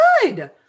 good